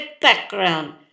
background